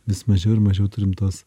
vis mažiau ir mažiau turim tos